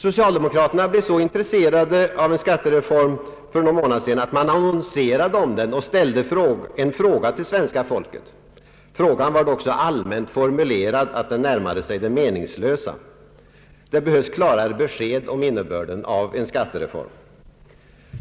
Socialdemokraterna blev så intresserade av en skattereform för någon må nad sedan att man annonserade om den och ställde en fråga till svenska folket. Frågan var dock så allmänt formulerad att den närmade sig det meningslösa. Det behövs klarare besked om innebörden av en skattereform.